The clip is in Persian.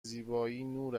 نور